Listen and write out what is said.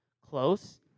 close